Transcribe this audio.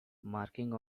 markings